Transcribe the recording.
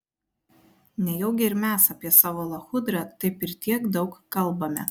nejaugi ir mes apie savo lachudrą taip ir tiek daug kalbame